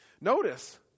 Notice